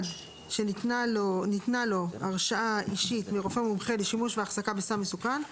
שניתנה לו הרשאה אישית מרופא מומחה לשימוש והחזקה בסם מסוכן,